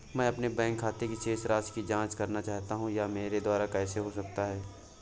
मैं अपने बैंक खाते की शेष राशि की जाँच करना चाहता हूँ यह मेरे द्वारा कैसे हो सकता है?